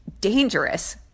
dangerous